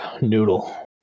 noodle